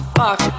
fuck